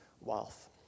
wealth